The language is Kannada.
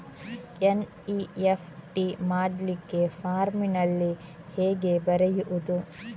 ಎನ್.ಇ.ಎಫ್.ಟಿ ಮಾಡ್ಲಿಕ್ಕೆ ಫಾರ್ಮಿನಲ್ಲಿ ಹೇಗೆ ಬರೆಯುವುದು?